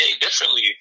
differently